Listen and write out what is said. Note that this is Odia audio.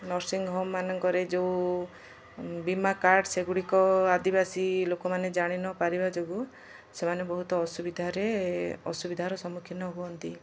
ନର୍ସିଂହୋମ୍ ମାନଙ୍କରେ ଯେଉଁ ବୀମା କାର୍ଡ଼ ସେଗୁଡ଼ିକ ଆଦିବାସୀ ଲୋକମାନେ ଜାଣି ନପାରିବା ଯୋଗୁଁ ସେମାନେ ବହୁତ ଅସୁବିଧାରେ ଅସୁବିଧାର ସମ୍ମୁଖୀନ ହୁଅନ୍ତି